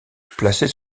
placée